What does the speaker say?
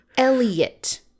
elliot